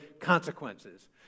consequences